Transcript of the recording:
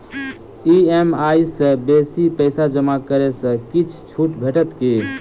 EMI सँ बेसी पैसा जमा करै सँ किछ छुट भेटत की?